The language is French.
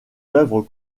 œuvres